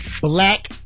black